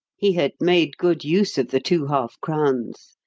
he had made good use of the two half-crowns,